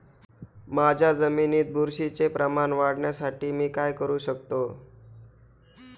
माझ्या जमिनीत बुरशीचे प्रमाण वाढवण्यासाठी मी काय करू शकतो?